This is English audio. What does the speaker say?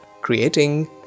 creating